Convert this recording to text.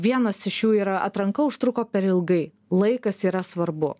vienas iš jų yra atranka užtruko per ilgai laikas yra svarbu